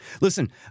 Listen